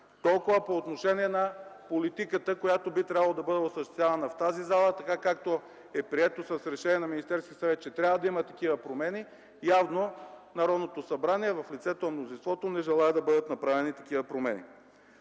Толкова по отношение на политиката, която би трябвало да бъде осъществявана в тази зала, така както е прието с решение на Министерския съвет, че трябва да има такива промени. Явно Народното събрание, в лицето на мнозинството, не желае да бъдат направени такива промени.